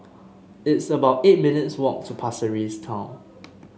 it's about eight minutes' walk to Pasir Ris Town